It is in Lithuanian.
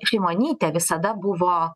šimonytė visada buvo